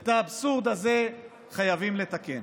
את האבסורד הזה חייבים לתקן.